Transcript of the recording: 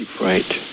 Right